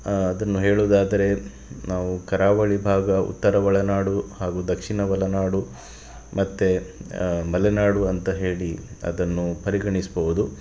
ಅದನ್ನ ಹೇಳೋದಾದರೆ ನಾವು ಕರಾವಳಿ ಭಾಗ ಉತ್ತರ ಒಳನಾಡು ಹಾಗು ದಕ್ಷಿಣ ಒಳನಾಡು ಮತ್ತೆ ಮಲೆನಾಡು ಅಂತ ಹೇಳಿ ಅದನ್ನು ಪರಿಗಣಿಸ್ಬೋದು